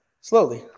slowly